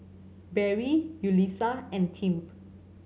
Barry Yulissa and Tim